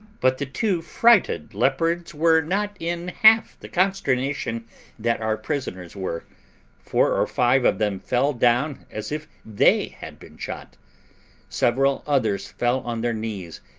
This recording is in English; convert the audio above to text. but the two frighted leopards were not in half the consternation that our prisoners were four or five of them fell down as if they had been shot several others fell on their knees,